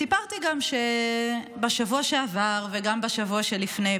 סיפרתי גם בשבוע שעבר וגם בשבוע שלפני,